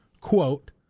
quote